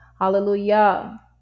Hallelujah